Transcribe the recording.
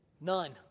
None